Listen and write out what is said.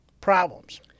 problems